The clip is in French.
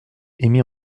émis